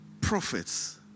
prophets